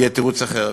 יהיה תירוץ אחר,